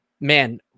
man